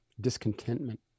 discontentment